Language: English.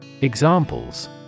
Examples